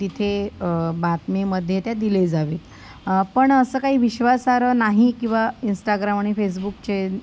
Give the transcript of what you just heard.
तिथे बातमीमध्ये त्या दिले जावे पण असं काही विश्वासार्ह नाही किंवा इंस्टाग्राम आणि फेसबुकचे